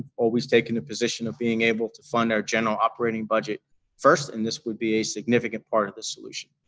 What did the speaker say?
always taking the position of being able to fund our general operating budget first and this would be a significant part of the solution.